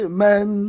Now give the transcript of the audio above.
Amen